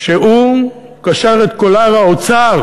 שהוא קשר את קולר האוצר